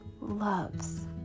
loves